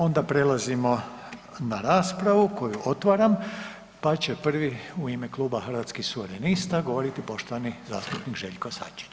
Onda prelazimo na raspravu koju otvaram, pa će prvi u ime kluba Hrvatskih suverenista govoriti poštovani zastupnik Željko Sačić.